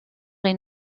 est